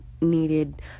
needed